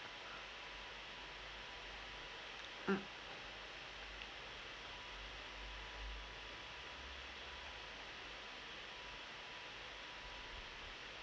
mm